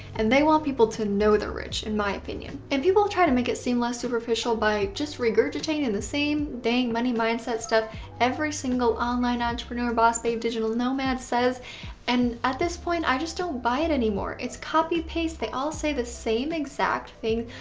and they want people to know they're rich in my opinion. and people try to make it seem less superficial by just regurgitating the same thing money mindset stuff every single online entrepreneur boss babe digital nomad says and at this point i just don't buy it anymore. it's copy paste, they all say the same exact thing,